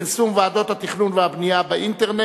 הנושא יועבר לוועדת הפנים לדיון כנושא שהוא הצעה לסדר.